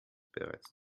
bereits